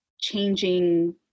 changing